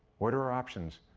what are our options?